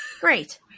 Great